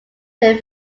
their